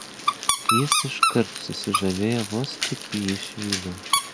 jis iškart susižavėjo vos tik jį išvydo